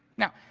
now,